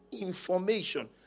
Information